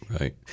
Right